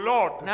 Lord